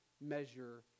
measure